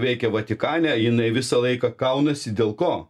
veikė vatikane jinai visą laiką kaunasi dėl ko